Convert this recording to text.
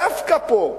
דווקא פה,